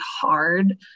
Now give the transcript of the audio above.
hard